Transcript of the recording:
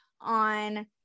on